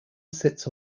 sits